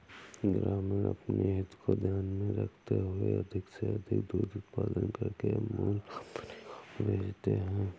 ग्रामीण अपनी हित को ध्यान में रखते हुए अधिक से अधिक दूध उत्पादन करके अमूल कंपनी को भेजते हैं